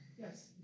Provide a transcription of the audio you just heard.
Yes